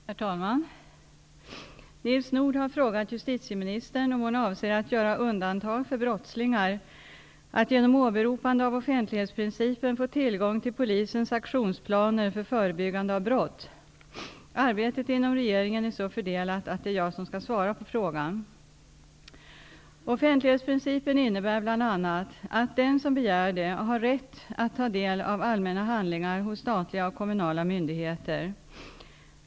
Herr talman! Nils Nordh har frågat justitieministern om hon avser att göra undantag för brottslingar att genom åberopande av offentlighetsprincipen få tillgång till polisens aktionsplaner för förebyggande av brott. Arbetet inom regeringen är så fördelat att det är jag som skall svara på frågan. Offentlighetsprincipen innebär bl.a. att den som begär det har rätt att ta del av allmänna handlingar hos statliga och kommunala myndigheter.